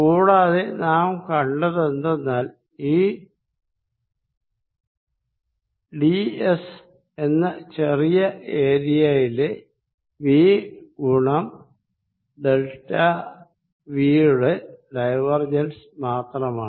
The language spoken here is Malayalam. കൂടാതെ നാം കണ്ടതെന്തെന്നാൽ ഈ ഡിസ് എന്ന ചെറിയ ഏരിയയിലെ V ഗുണം ഡെൽറ്റാ V യുടെ ഡൈവർജൻസ് മാത്രമാണ്